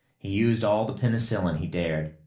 he used all the penicillin he dared.